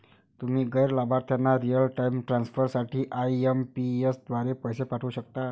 तुम्ही गैर लाभार्थ्यांना रिअल टाइम ट्रान्सफर साठी आई.एम.पी.एस द्वारे पैसे पाठवू शकता